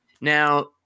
Now